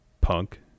Punk